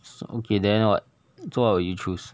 okay then what so what would you choose